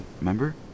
remember